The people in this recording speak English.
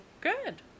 Good